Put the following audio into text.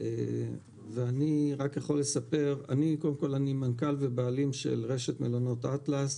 אני מנכ"ל ובעלים של רשת מלונות אטלס,